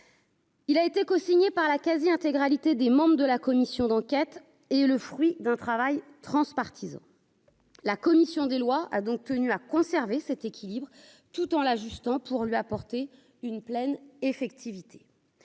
Il a été co-signé par la quasi-intégralité des membres de la commission d'enquête est le fruit d'un travail transpartisan. La commission des lois a donc tenu à conserver cet équilibre tout en l'ajustant pour lui apporter une pleine effectivité